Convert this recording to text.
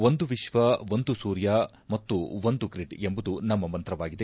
ಒಂದು ವಿಶ್ವ ಒಂದು ಸೂರ್ದ ಮತ್ತು ಒಂದು ಗ್ರಿಡ್ ಎಂಬುದು ನಮ್ನ ಮಂತ್ರವಾಗಿದೆ